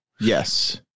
yes